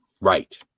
right